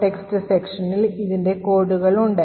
text sectionൽ ഇതിൻറെ കോഡുകൾ ഉണ്ട്